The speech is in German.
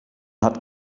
hat